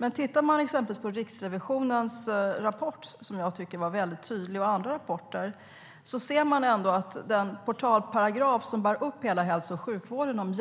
Men om man tittar exempelvis på Riksrevisionens tydliga rapport och andra rapporter ser man ändå att den portalparagraf om jämlik vård som bär upp hela hälso och sjukvården